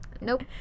nope